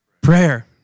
prayer